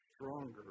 stronger